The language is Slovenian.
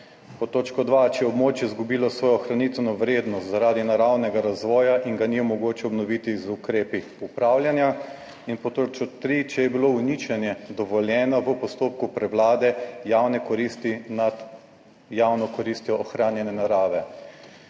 Pod točko dva, če je območje izgubilo svojo ohranitveno vrednost zaradi naravnega razvoja in ga ni mogoče obnoviti z ukrepi upravljanja. In po točko tri, če je bilo uničenje dovoljeno v postopku prevlade javne koristi nad javno